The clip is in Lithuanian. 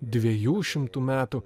dviejų šimtų metų